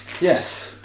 Yes